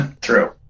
True